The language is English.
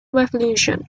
revolution